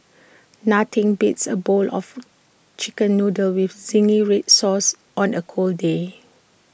nothing beats A bowl of Chicken Noodles with Zingy Red Sauce on A cold day